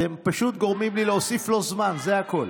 אתם פשוט גורמים לי להוסיף לו זמן, זה הכול.